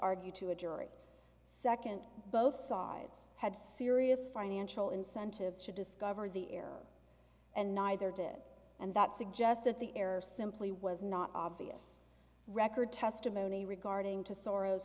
argue to a jury second both sides had serious financial incentives to discover the air and neither did and that suggest that the error simply was not obvious record testimony regarding to sor